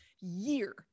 year